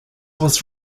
was